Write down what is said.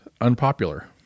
unpopular